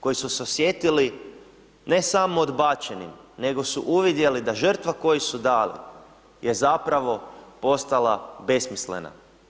Koji su se osjetili ne samo odbačenim, nego su uvidjeli da žrtva koju su dali je zapravo postala besmislena.